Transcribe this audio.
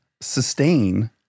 sustain